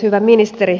hyvä ministeri